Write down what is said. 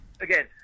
Again